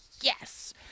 Yes